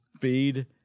Feed